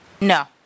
No